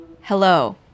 Hello